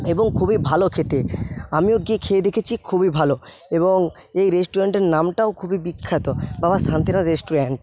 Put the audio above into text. এবং খুবই ভালো খেতে আমিও গিয়ে খেয়ে দেখেছি খুবই ভালো এবং এই রেস্টুরেন্টের নামটাও খুবই বিখ্যাত বাবা শান্তিনাথ রেস্টুরেন্ট